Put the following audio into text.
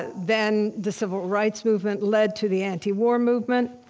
then the civil rights movement led to the antiwar movement,